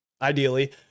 Ideally